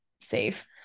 safe